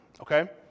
okay